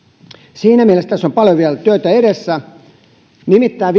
siinä mielessä tässä on paljon vielä työtä edessä nimittäin